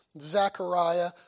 Zechariah